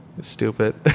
stupid